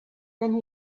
then